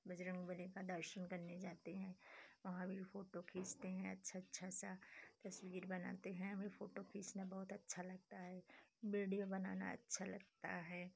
बजरंगबली का दर्शन करने जाते हैं वहाँ भी फ़ोटो खींचते हैं अच्छा अच्छा सा तस्वीर बनाते हैं हमें फ़ोटो खींचना बहुत अच्छा लगता है बीडियों बनाना अच्छा लगता है